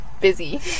busy